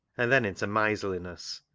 and then into miserliness,